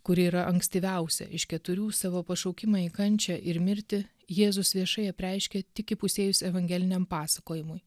kuri yra ankstyviausia iš keturių savo pašaukimą į kančią ir mirtį jėzus viešai apreiškė tik įpusėjus evangeliniam pasakojimui